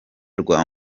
rwa